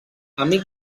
amic